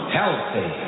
healthy